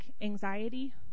anxiety